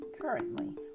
currently